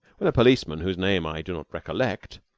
when a policeman, whose name i do not recollect,